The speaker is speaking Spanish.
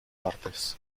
artes